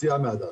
מוציאה מהדעת.